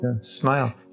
Smile